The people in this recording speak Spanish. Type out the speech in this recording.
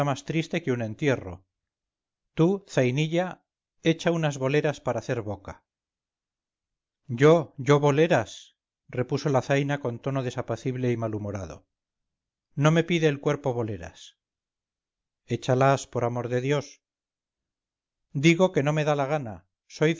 más triste que un entierro tú zainilla echa unas boleras para hacer boca yo yo boleras repuso la zaina con tono desapacible y malhumorado no me pide el cuerpo boleras echalas por amor de dios digo que no me da la gana soy